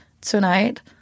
tonight